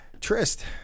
trist